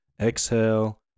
exhale